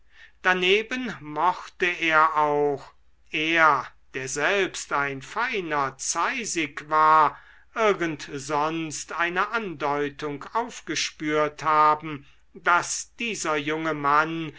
daneben mochte er auch er der selbst ein feiner zeisig war irgend sonst eine andeutung aufgespürt haben daß dieser junge mann